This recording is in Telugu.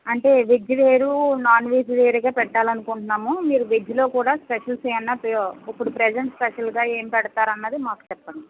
అంటే వెజ్ వేరు నాన్వెజ్ వేరుగా పెట్టాలనుకుంటున్నాము మీరు వెజ్లో కూడా స్పెషల్స్ ఏమైనా ప్ర ఇప్పుడు ప్రజెంట్ స్పెషల్గా ఏం పెడతారన్నది మాకు చెప్పండి